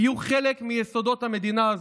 יהיו חלק מיסודות המדינה הזאת.